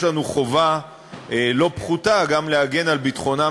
יש לנו חובה לא פחותה גם להגן על ביטחונם